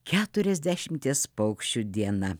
keturiasdešimties paukščių diena